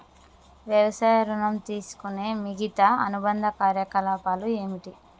వ్యవసాయ ఋణం తీసుకునే మిగితా అనుబంధ కార్యకలాపాలు ఏమిటి?